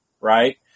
Right